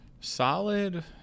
Solid